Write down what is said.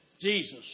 Jesus